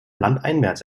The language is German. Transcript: landeinwärts